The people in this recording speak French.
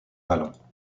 vallons